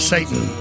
Satan